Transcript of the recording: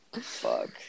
Fuck